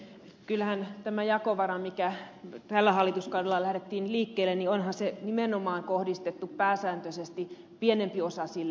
kyllähän tämä jakovara mistä tällä hallituskaudella lähdettiin liikkeelle on nimenomaan kohdistettu pääsääntöisesti pienempiosaisille